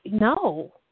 No